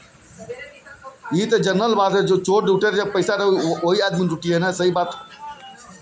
एमे चोर लुटेरा बंदूक गोली के जोर पे लोग के पईसा लूट लेवत हवे सन